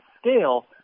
scale